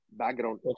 background